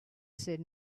said